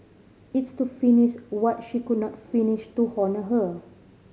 it's to finish what she could not finish to honour her